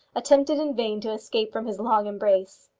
attempted in vain to escape from his long embrace.